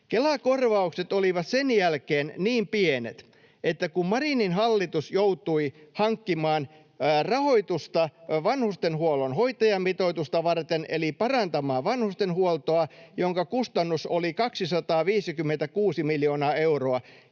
Kela-korvaukset olivat sen jälkeen niin pienet, että kun Marinin hallitus joutui hankkimaan rahoitusta vanhustenhuollon hoitajamitoitusta varten eli parantamaan vanhustenhuoltoa, jonka kustannus oli 256 miljoonaa euroa